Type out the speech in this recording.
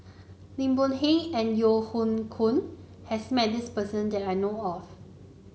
Lim Boon Heng and Yeo Hoe Koon has met this person that I know of